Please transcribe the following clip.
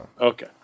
Okay